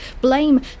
Blame